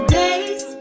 days